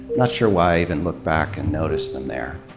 not sure why i even looked back and noticed them there.